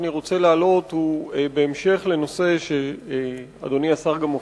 שאני רוצה להעלות הוא בהמשך לנושא שדנו בו